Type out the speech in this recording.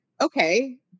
okay